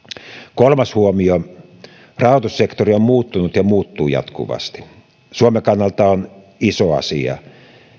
kolmas huomio rahoitussektori on muuttunut ja muuttuu jatkuvasti suomen kannalta on iso asia